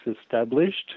established